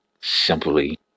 simply